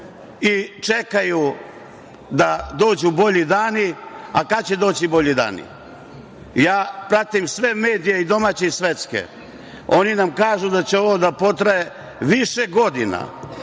i čekaju da dođu bolji dani, a kada će doći bolji dani? Pratim sve medije i domaće i svetske. Oni nam kažu da će ovo da potraje više godina.